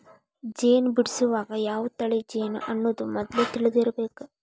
ಜೇನ ಬಿಡಸುವಾಗ ಯಾವ ತಳಿ ಜೇನು ಅನ್ನುದ ಮದ್ಲ ತಿಳದಿರಬೇಕ